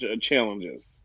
challenges